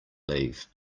leave